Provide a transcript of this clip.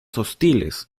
hostiles